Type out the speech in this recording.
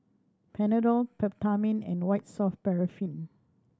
Panadol Peptamen and White Soft Paraffin